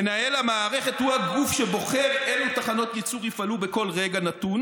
מנהל המערכת הוא הגוף שבוחר אילו תחנות ייצור יפעלו בכל רגע נתון